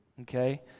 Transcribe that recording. Okay